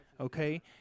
okay